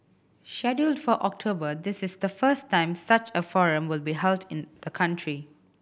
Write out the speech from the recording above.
scheduled for October this is the first time such a forum will be held in the country